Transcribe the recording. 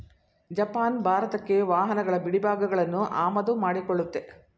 Japan ಭಾರತಕ್ಕೆ ವಾಹನಗಳ ಬಿಡಿಭಾಗಗಳನ್ನು ಆಮದು ಮಾಡಿಕೊಳ್ಳುತ್ತೆ